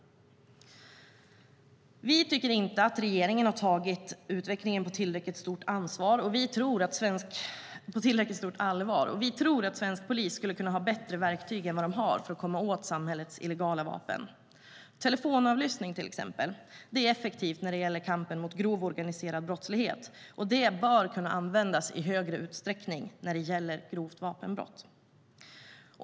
Vi tycker inte att regeringen har tagit utvecklingen på tillräckligt stort allvar, och vi tror att svensk polis skulle kunna ha bättre verktyg än vad de har för att komma åt samhällets illegala vapen. Telefonavlyssning till exempel är effektivt när det gäller kampen mot grov organiserad brottslighet. Det bör kunna användas i högre utsträckning när det gäller grovt vapenbrott.